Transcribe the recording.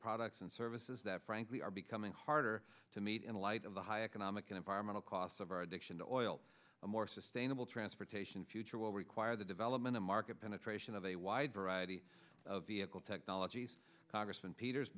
products and services that frankly are becoming harder to meet in light of the high economic and environmental costs of our addiction to oil a more sustainable transportation future will require the development of market penetration of a wide variety of vehicles technologies congressman peters